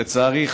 לצערי,